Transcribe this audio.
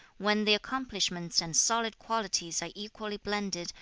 when the accomplishments and solid qualities are equally blended,